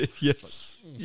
Yes